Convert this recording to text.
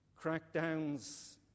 crackdowns